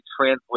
translate